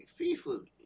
FIFA